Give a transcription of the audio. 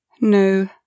No